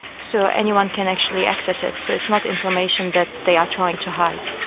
so anyone can actually access it, so it's not information that they are trying to hide.